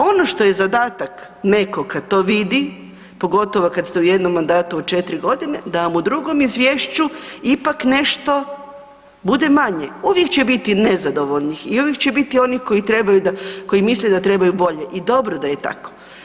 Ono što je zadatak nekog kad to vidi, pogotovo kad ste u jednom mandatu od 4.g. da vam u drugom izvješću ipak nešto bude manje, uvijek će biti nezadovoljnih i uvijek će biti onih koji trebaju da, koji misle da trebaju bolje i dobro da je tako.